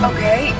Okay